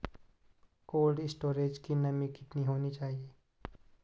Cold storage की नमी कितनी होनी चाहिए?